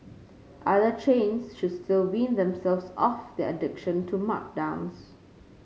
other chains should still wean themselves off of their addiction to markdowns